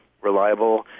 reliable